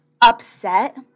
upset